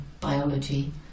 biology